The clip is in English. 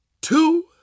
two